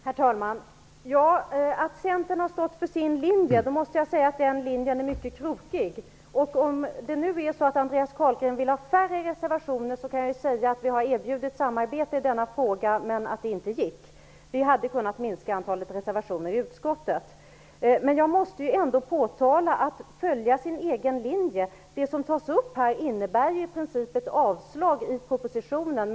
Herr talman! Om Centern har stått fast vid sin linje måste jag säga att den linjen är mycket krokig. Om Andreas Carlgren vill ha färre reservationer kan jag tala om att vi har erbjudit samarbete i denna fråga, men det gick inte. Det hade ju kunnat minska antalet reservationer i utskottet. Så till detta med att följa sin egen linje. Det som här tas upp innebär i princip ett avslag på propositionen.